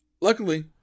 Luckily